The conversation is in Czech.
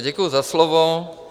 Děkuji za slovo.